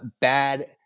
bad